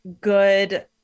good